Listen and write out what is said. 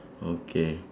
okay